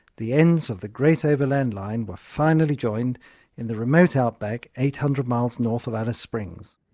the ends of the great overland line were finally joined in the remote outback eight hundred miles north of alice springs.